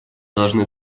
должны